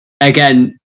Again